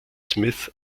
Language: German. smith